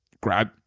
grab